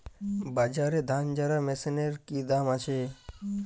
বাজারে ধান ঝারা মেশিনের কি দাম আছে?